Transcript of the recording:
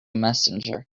messenger